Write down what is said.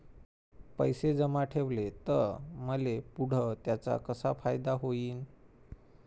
पैसे जमा ठेवले त मले पुढं त्याचा कसा फायदा होईन?